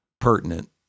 pertinent